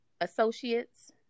associates